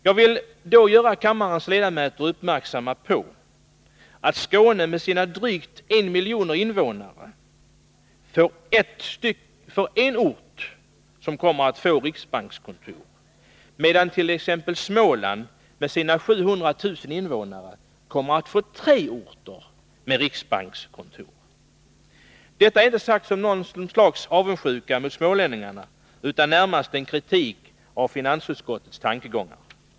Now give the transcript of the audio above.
Jag vill göra kammarens ledamöter uppmärksamma på att Skåne med sina drygt en miljon invånare får riksbankskontor på en enda ort, medan t.ex. Småland med sina 700 000 invånare kommer att få riksbankskontor på tre orter. Detta är inte sagt med anledning av någon sorts avundsjuka mot smålänningarna, utan närmast som kritik av finansutskottets tankegångar.